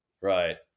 right